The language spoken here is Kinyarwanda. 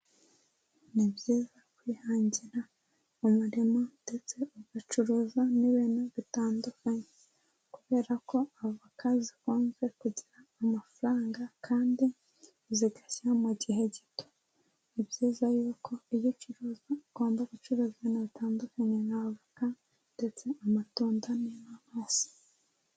Ni byiza kwihangira umurimo, ndetse ugacuruza n'ibintu bitandukanye. Kubera ko avoka zikunze kugira amafaranga kandi, zigashya mu gihe gito, ni byiza yuko iyo ucuruza abanza gucuruza ibintu bitandukanye n'avoka ndetse amatunda n'inanasi.